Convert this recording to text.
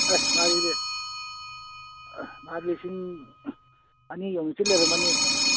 ꯑꯁ ꯃꯥꯒꯤꯗꯤ ꯂꯤꯁꯤꯡ ꯑꯅꯤ ꯌꯧꯕꯁꯨ ꯂꯩꯔꯝꯃꯅꯤ